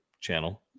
channel